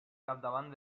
capdavant